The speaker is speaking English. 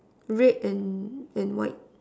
red and and white